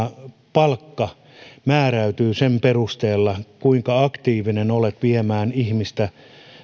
palkka määräytyy sen perusteella kuinka aktiivinen olet viemään ihmistä